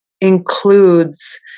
includes